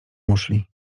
muszli